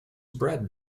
bread